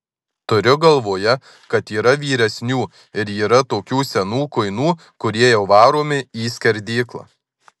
turiu galvoje kad yra vyresnių ir yra tokių senų kuinų kurie jau varomi į skerdyklą